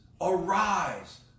Arise